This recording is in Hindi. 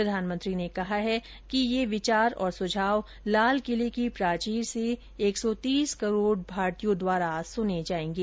प्रधानमंत्री ने कहा है कि ये विचार और सुझाव लाल किले की प्राचीर से एक सौ तीस करोड़ भारतीयों द्वारा सुने जायेंगे